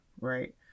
right